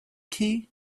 key